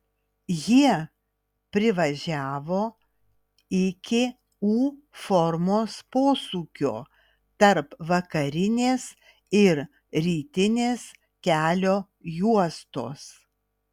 jie privažiavo iki u formos posūkio tarp vakarinės ir rytinės kelio juostos